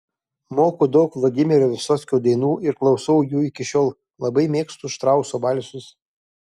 moku daug vladimiro vysockio dainų ir klausau jų iki šiol labai mėgstu štrauso valsus